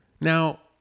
Now